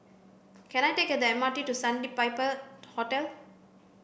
can I take the M R T to Sandpiper Hotel